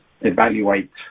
evaluate